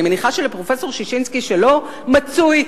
אני בטוחה שלפרופסור ששינסקי, שלא מצוי,